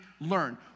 learn